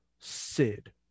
sid